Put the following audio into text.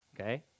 Okay